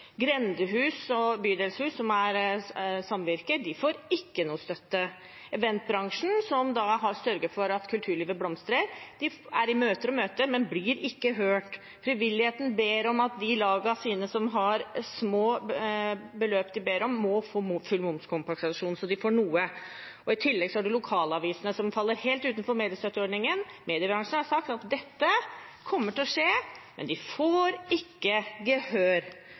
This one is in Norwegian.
Grendehus og bydelshus, som er samvirker, får ikke noe støtte. Eventbransjen, som har sørget for at kulturlivet blomstrer, er i møter, men blir ikke hørt. Frivilligheten ber om at disse lagene deres som ber om små beløp, må få full momskompensasjon, så de får noe. I tillegg er det lokalavisene, som faller helt ut av mediestøtteordningen. Mediebransjen har sagt at dette kommer til å skje, men de får ikke gehør.